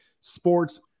sports